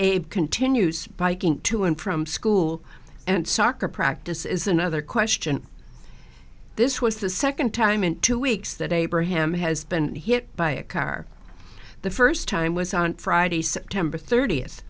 it continues biking to and from school and soccer practice is another question this was the second time in two weeks that abraham has been hit by a car the first time was on friday september thirtieth